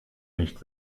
nicht